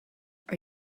are